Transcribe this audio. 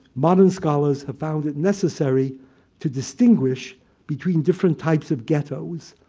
modern scholars have found it necessary to distinguish between different types of ghettos.